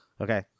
Okay